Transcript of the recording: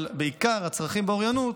אבל הצרכים באוריינות,